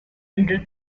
under